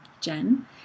Jen